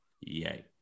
Yay